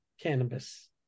cannabis